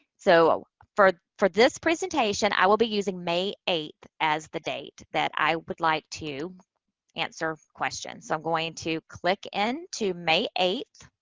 so, for for this presentation, i will be using may eighth as the date that i would like to answer questions. so, i'm going to click and into may eighth.